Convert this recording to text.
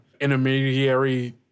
intermediary